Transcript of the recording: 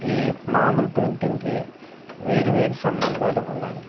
ఈ మామూలు పెయింటింగ్కి వేరు వేరు సంబంధాలు ఉన్నాయి